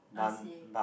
I see